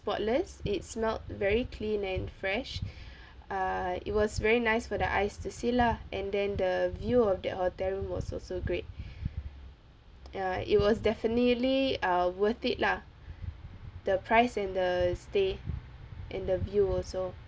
spotless it smelt very clean and fresh err it was very nice for the eyes to see lah and then the view of that hotel was also great uh it was definitely err worth it lah the price and the stay and the view also